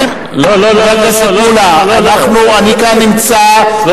אבל אסור לעשות מניפולציה.